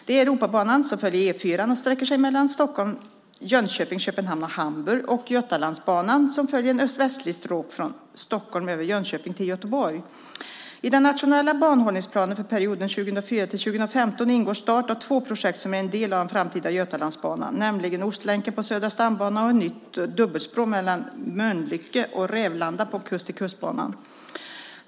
Det är Europabanan, som följer E 4:an och sträcker sig mellan Stockholm, Jönköping, Köpenhamn och Hamburg och Götalandsbanan, som följer ett öst-västligt stråk från Stockholm över Jönköping till Göteborg. I den nationella banhållningsplanen för perioden 2004-2015 ingår start av två projekt som är en del av en framtida Götalandsbana, nämligen Ostlänken på Södra stambanan och nytt dubbelspår sträckan Mölnlycke-Rävlanda på Kust-till-kust-banan.